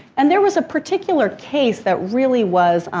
and there was a particular case that really was,